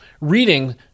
reading